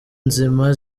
nzima